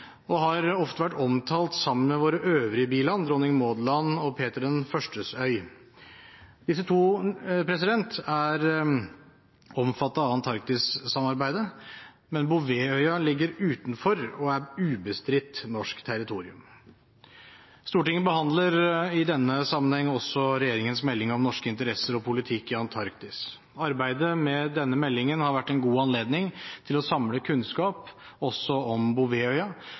og har ofte vært omtalt sammen med våre øvrige biland, Dronning Mauds land og Peter Is øy. Disse to er omfattet av Antarktis-samarbeidet, men Bouvetøya ligger utenfor og er ubestridt norsk territorium. Stortinget behandler i denne sammenheng også regjeringens melding om norske interesser og norsk politikk i Antarktis. Arbeidet med denne meldingen har vært en god anledning til å samle kunnskap også om